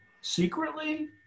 secretly